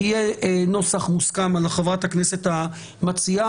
יהיה נוסח מוסכם על חברת הכנסת המציעה,